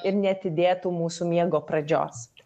ir neatidėtų mūsų miego pradžios